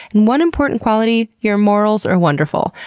and one important quality, your morals are wonderful!